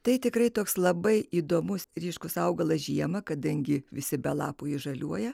tai tikrai toks labai įdomus ryšku s augalas žiemą kadangi visi be lapų žaliuoja